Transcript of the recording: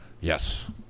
Yes